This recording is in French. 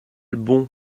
bon